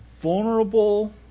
vulnerable